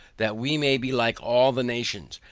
that we may be like all the nations,